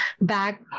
back